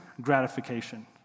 gratification